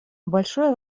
большое